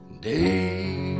Day